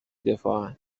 دفاعن